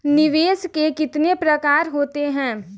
निवेश के कितने प्रकार होते हैं?